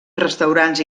restaurants